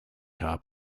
car